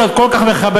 שאת כל כך מכבדת,